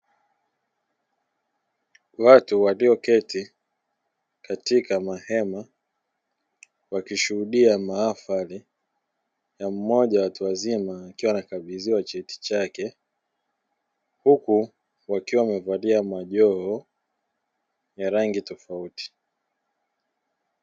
Watu walioketi katika mahema wakishuhudia mahafari ya mmoja wa watu wazima akiwa anakabidhiwa cheti chake huku wakiwa wamevalia majoho ya rangi tofauti.